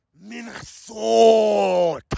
Minnesota